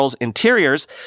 interiors